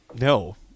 no